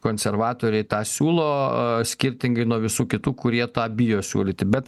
konservatoriai tą siūlo skirtingai nuo visų kitų kurie tą bijo siūlyti bet